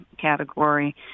category